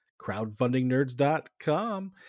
crowdfundingnerds.com